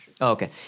Okay